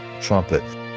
trumpet